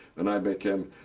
and i became